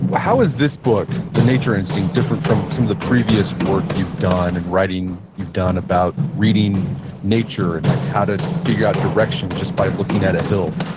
how is this book, the nature instinct, different from some of the previous work you've done and writing you've done about reading nature, and like how to figure out direction just by looking at a hill.